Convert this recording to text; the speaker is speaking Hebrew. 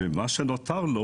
ומה שנותר לו,